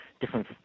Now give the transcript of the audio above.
different